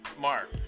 Mark